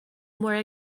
more